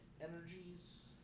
energies